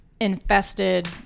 infested